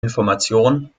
information